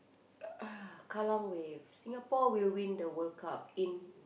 uh Kallang Wave Singapore will win the World-Cup in